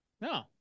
No